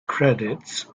credits